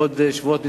בעוד שבועות מספר,